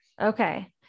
Okay